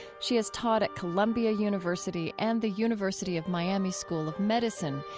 she has taught at columbia university and the university of miami school of medicine.